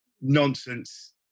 nonsense